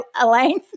Elaine